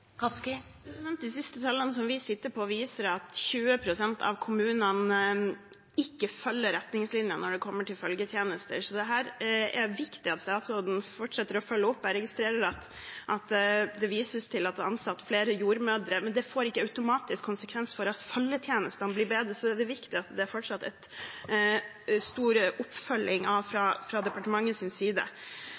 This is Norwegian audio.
De siste tallene vi sitter på, viser at 20 pst. av kommunene ikke følger retningslinjene når det kommer til følgetjenester, så dette er det viktig at statsråden fortsetter å følge opp. Jeg registrerer at det vises til at det er ansatt flere jordmødre, men det får ikke automatisk som konsekvens at følgetjenestene blir bedre, så det er viktig at det fortsatt følges tett opp fra